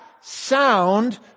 sound